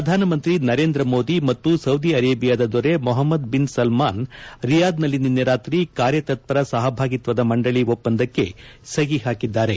ಪ್ರಧಾನಮಂತ್ರಿ ನರೇಂದ್ರ ಮೋದಿ ಮತ್ತು ಸೌದಿ ಅರೇಬಿಯಾದ ದೊರೆ ಮೊಹಮ್ಮದ್ ಬಿನ್ ಸಲ್ಮಾನ್ ರಿಯಾದ್ನಲ್ಲಿ ನಿನ್ನೆ ರಾತ್ರಿ ಕಾರ್ಯತತ್ವರ ಸಹಭಾಗಿತ್ವದ ಮಂಡಳಿ ಒಪ್ಸಂದಕ್ಕೆ ಸಹಿ ಹಾಕಿದ್ದಾರೆ